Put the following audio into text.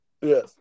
Yes